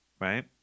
Right